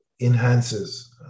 enhances